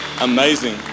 Amazing